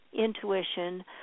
intuition